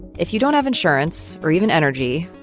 if you don't have insurance, or even energy,